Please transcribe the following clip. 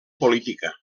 política